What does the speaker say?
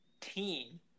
team